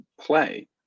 play